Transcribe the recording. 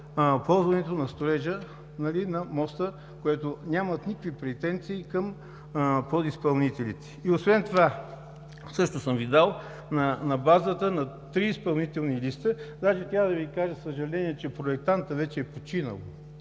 ползването на строежа на моста, като нямат никакви претенции към подизпълнителите“. Освен това, също съм Ви дал на базата на три изпълнителни листа, даже трябва да Ви кажа, че, за съжаление, проектантът вече е починал,